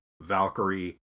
Valkyrie